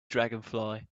dragonfly